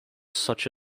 such